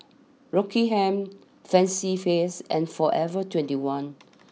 Rockingham Fancy Feast and forever twenty one